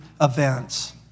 events